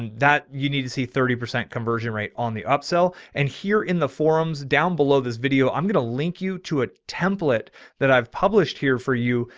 that you need to see thirty percent conversion rate on the upsell. and here in the, um down below this video, i'm going to link you to a template that i've published here for you.